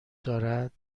دارد